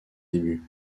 débuts